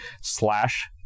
slash